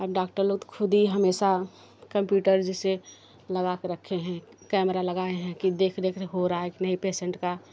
अब डॉक्टर लोग खुद ही हमेशा कंप्यूटर जैसे लगा के रखे हैं कैमरा लगाएँ हैं कि देखरेख हो रहा है कि नहीं पेसेंट का